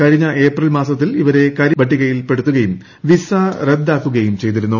കഴിഞ്ഞ ഏപ്രിൽ മാസത്തിൽ ഇവരെ കരിമ്പട്ടികയിൽ പെടുത്തുകയും വിസ റദ്ദാക്കുകയും ചെയ്തിരുന്നു